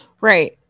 right